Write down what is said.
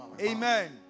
Amen